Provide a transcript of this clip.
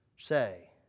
Say